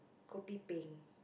kopi peng